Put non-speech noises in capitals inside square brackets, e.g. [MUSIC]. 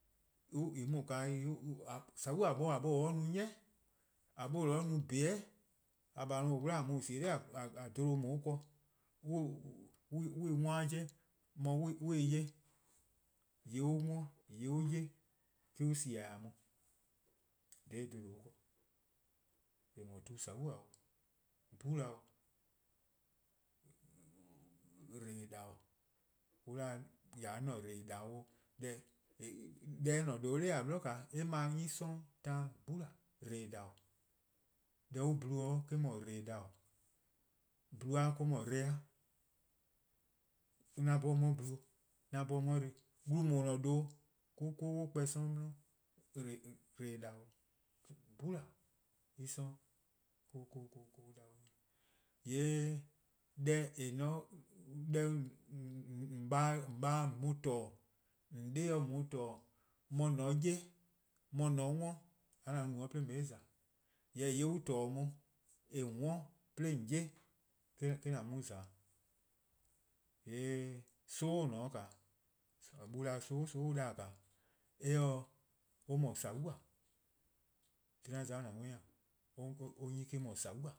[HESITATION] :saua'-a 'nor-a no 'ni 'nor-a no :dhebe'. :a :baa' :on 'wluh-a :a-uh on :sie- a [HESITATION] 'dha 'bluhba: ken. [HESITATION] :on :se-eh 'worn-a 'jeh, :mor on se-eh 'ye, :yeh on 'worn-a :yeh on 'ye-a', eh-: on :se-dih-a on d ha 'bluhba: :daa ken, :eh :mor tu-saua' 'o, 'bhula' 'o nyor+ :dle-a' :taba:, on 'de :ya 'de 'an :dla-' :taba 'o [HESITATION] :mor :ne :due' 'nor :a 'bli eh 'ble 'nyne 'sororn' taan, 'bhula:, :dle-' :taba:. Deh an :bluo:-dih-a eh-: an da-dih :dle-: :taba'. blu-a eh-: an 'da-dih :dle-a an no 'an 'bhorn 'on 'ye :bluo:, 'an 'bhorn 'on 'ye :dle. Wlu :on :ne-a :due' mo-: 'wlu kpor+ 'sororn' :dle-: :taba:, 'bhula: [HESITATION] en 'sororn' [HESITATION] :yee' [HESITATION] deh :on :baa' se on :torne, :on 'de se-a :on :torna, mor :on se-a 'ye, mor :on se-a worn, :kaa :an mu bo-; 'de :on :za :eh? Jorwor: :yeh on :torne'-a on, :yeh :on 'worn-a, :yeh :on 'ye-a, [HESITATION] eh-: :an mu-' :za-'. :yee' sobo' :or :ne-a 'o nyor :noo 'da sobo', sobo' on ya-dih-a [HESITATION] or :mor :saua'. Dhih 'an za-' :an worn-ih 'weh :e, [HESITATION] or 'nyne me-: 'dhu :saua'-a'.